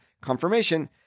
confirmation